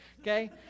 Okay